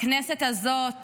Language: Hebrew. בכנסת הזאת